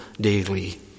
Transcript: daily